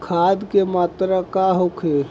खाध के मात्रा का होखे?